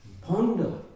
ponder